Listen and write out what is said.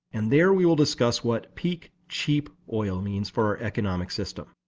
and there we will discuss what peak cheap oil means for our economic system.